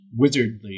wizardly